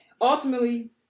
ultimately